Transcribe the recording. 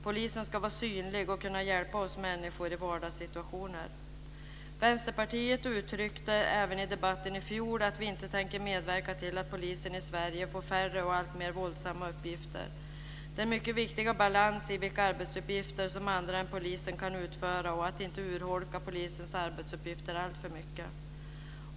Polisen ska vara synlig och hjälpa oss människor i vardagssituationer. Vänsterpartiet uttryckte även i debatten i fjol att vi inte tänker medverka till att polisen i Sverige får färre och alltmer våldsamma uppgifter. Det är mycket viktigt att ha balans när det gäller sådana arbetsuppgifter som andra än poliser kan utföra och att inte urholka polisens arbetsuppgifter alltför mycket.